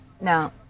No